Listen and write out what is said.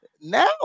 now